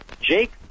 Jake